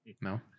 No